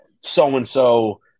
so-and-so